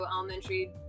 elementary